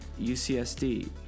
UCSD